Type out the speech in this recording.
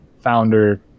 founder